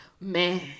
man